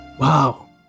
wow